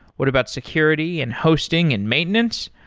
what about security and hosting and maintenance?